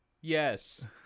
Yes